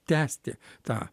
tęsti tą